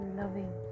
loving